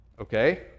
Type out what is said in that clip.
okay